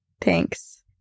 Thanks